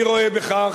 אני רואה בכך,